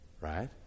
Right